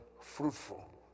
fruitful